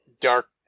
dark